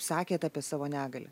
sakėt apie savo negalią